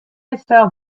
itself